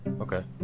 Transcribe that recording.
Okay